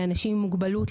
לאנשים עם מוגבלות,